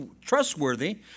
trustworthy